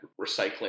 recycling